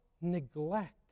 neglect